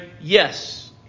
yes